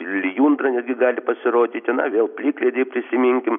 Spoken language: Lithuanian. lijundra netgi gali pasirodyti na vėl plikledį prisiminkim